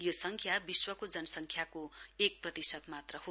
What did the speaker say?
यो संख्या विश्वको जनसंख्याको एक प्रतिशत मात्र हो